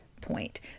point